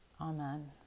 Amen